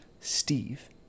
Steve